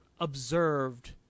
observed